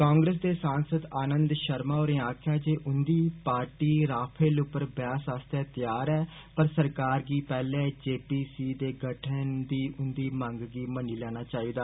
कांग्रेस दे सांसद आनंद षर्मा होरें आक्खो जे उन्दी पार्टी रफेल पर बैहस आस्तै तैयार ऐ पर सरकार गी पैहले जी पी सी दे गठन दी उन्दी मंग गी मन्नी लैना चाहिदा